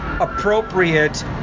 appropriate